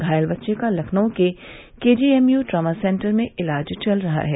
घायल बच्चे का लखनऊ के केजीएमयू ट्रॉमासेन्टर में इलाज चल रहा है